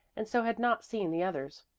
and so had not seen the others.